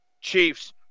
Chiefs